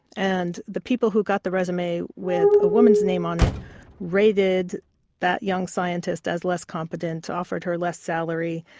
and the people who got the resume with a woman's name on it rated that young scientist as less competent, offered her less salary,